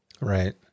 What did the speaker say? right